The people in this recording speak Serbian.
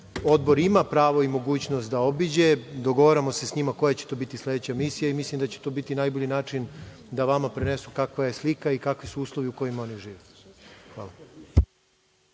Odbor ima pravo i mogućnost da obiđe, dogovaramo se sa njima koja će to biti sledeća misija. Mislim da će to biti najbolji način da vama prenesu kakva je slika i kakvi su ulovi u kojima oni žive. Hvala.